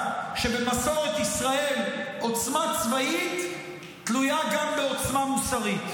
שבמסורת ישראל עוצמה צבאית תלויה גם בעוצמה מוסרית,